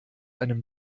einem